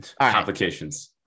Complications